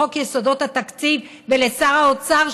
לחוק יסודות התקציב ולשר האוצר,